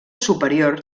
superior